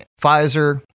Pfizer